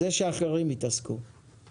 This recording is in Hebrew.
אני מציע שאחרים יתעסקו בזה.